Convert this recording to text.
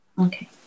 Okay